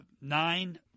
nine